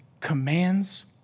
commands